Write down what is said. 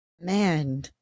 man